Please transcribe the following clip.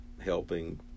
helping